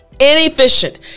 inefficient